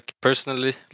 Personally